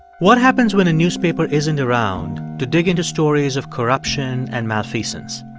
what happens when a newspaper isn't around to dig into stories of corruption and malfeasance?